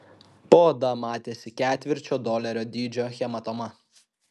po oda matėsi ketvirčio dolerio dydžio hematoma